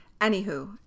Anywho